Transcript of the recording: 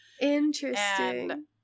Interesting